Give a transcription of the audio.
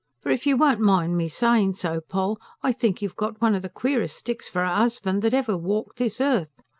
for, if you won't mind me saying so, poll, i think you've got one of the queerest sticks for a husband that ever walked this earth.